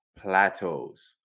plateaus